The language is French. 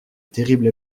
terrible